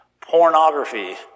Pornography